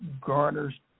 garners